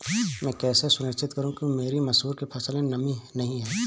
मैं कैसे सुनिश्चित करूँ कि मेरी मसूर की फसल में नमी नहीं है?